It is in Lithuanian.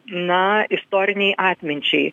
na istorinei atminčiai